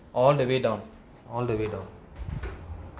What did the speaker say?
all the way down all the way down